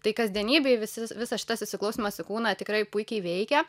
tai kasdienybėj visi visas šitas įsiklausymas į kūną tikrai puikiai veikia